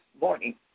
morning